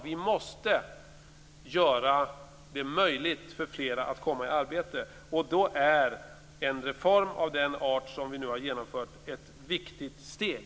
Vi måste göra det möjligt för flera att komma i arbete, och då är en reform av den art som vi nu har genomfört ett viktigt steg.